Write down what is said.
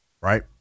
right